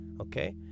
Okay